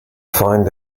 find